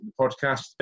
podcast